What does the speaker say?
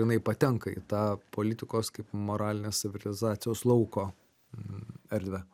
jinai patenka į tą politikos kaip moralinės savirealizacijos lauko erdvę